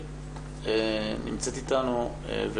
נמצאת איתנו בת-אל.